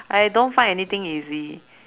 I don't find anything easy